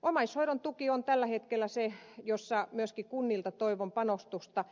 omaishoidon tuki on tällä hetkellä se jossa myöskin kunnilta toivon panostusta